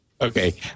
Okay